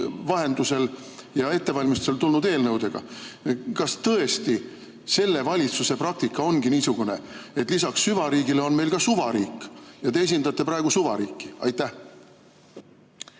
vahendusel ja ettevalmistuselt tulnud eelnõudega. Kas tõesti selle valitsuse praktika ongi niisugune, et lisaks süvariigile on meil ka suvariik ja te esindate praegu suvariiki? Aitäh,